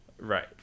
Right